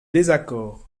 désaccord